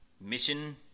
Mission